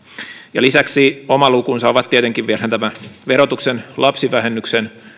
ja lisäksi oma lukunsa on tietenkin vielä tämä verotuksen lapsivähennyksen